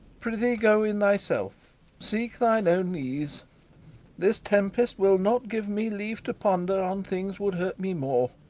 pr'ythee go in thyself seek thine own ease this tempest will not give me leave to ponder on things would hurt me more